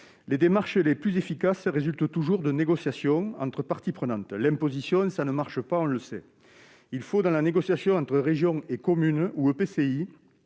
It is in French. Les démarches les plus efficaces résultent toujours de négociations entre parties prenantes. Imposer, on le sait, cela ne marche pas. Il faut, dans la négociation entre régions et communes ou EPCI,